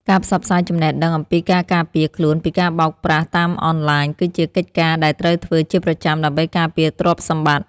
ការផ្សព្វផ្សាយចំណេះដឹងអំពីការការពារខ្លួនពីការបោកប្រាស់តាមអនឡាញគឺជាកិច្ចការដែលត្រូវធ្វើជាប្រចាំដើម្បីការពារទ្រព្យសម្បត្តិ។